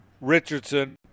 Richardson